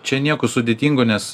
čia nieko sudėtingo nes